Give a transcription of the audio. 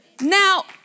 Now